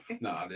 No